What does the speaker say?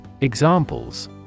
Examples